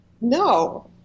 no